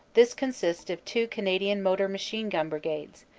this consists of two canadian motor lachine-gun brigades,